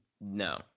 No